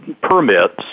permits